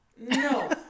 No